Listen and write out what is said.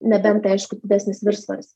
nebent aišku didesnis viršsvoris